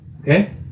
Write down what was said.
Okay